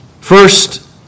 First